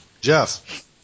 Jeff